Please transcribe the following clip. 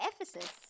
Ephesus